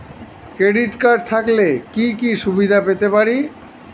Credit card থাকলে কি কি সুবিধা পেতে পারি?